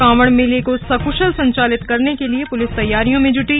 कांवड़ मेले को सक् ल संचालित करने के लिए पुलिस तैयारियों में जूटी